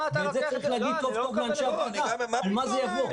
צריך להגיד טוב טוב לאנשי הוועדה על חשבון מה זה יבוא.